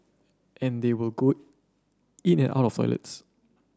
and they will go in and out of toilets